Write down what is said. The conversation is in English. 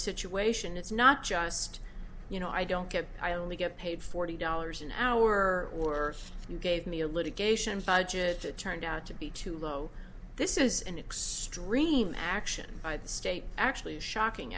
situation it's not just you know i don't get i only get paid forty dollars an hour or you gave me a litigation budget that turned out to be too low this is an extreme action by the state actually shocking